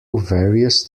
various